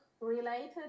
related